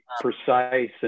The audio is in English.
precise